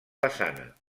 façana